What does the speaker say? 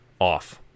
off